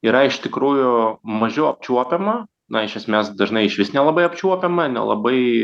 yra iš tikrųjų mažiau apčiuopiama na iš esmės dažnai išvis nelabai apčiuopiama nelabai